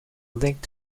link